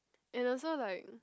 and also like